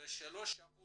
ו-3%